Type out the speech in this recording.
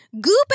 Goop